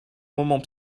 moment